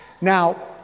Now